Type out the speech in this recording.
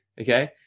Okay